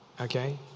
Okay